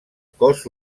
cos